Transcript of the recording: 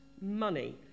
money